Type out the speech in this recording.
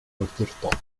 awdurdod